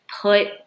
put